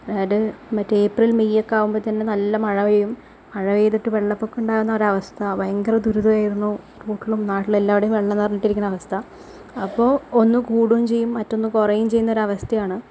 അതായത് മറ്റേ ഏപ്രിൽ മെയ്യൊക്കെ ആകുമ്പോൾത്തന്നെ നല്ല മഴ പെയ്യും മഴ പെയ്തിട്ട് വെള്ളപ്പൊക്കം ഉണ്ടാകുന്ന ഒരവസ്ഥ ഭയങ്കര ദുരിതമായിരുന്നു വീട്ടിലും നാട്ടിലും എല്ലാവിടേയും വെള്ളം നിറഞ്ഞിട്ട് ഇരിക്കണ അവസ്ഥ അപ്പോൾ ഒന്നു കൂടുകയും ചെയ്യും മറ്റൊന്ന് കുറയുകയും ചെയ്യുന്ന അവസ്ഥയാണ്